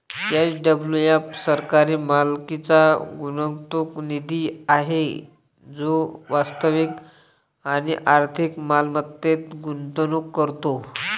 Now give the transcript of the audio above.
SWF सरकारी मालकीचा गुंतवणूक निधी आहे जो वास्तविक आणि आर्थिक मालमत्तेत गुंतवणूक करतो